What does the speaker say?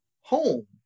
home